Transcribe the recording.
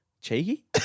cheeky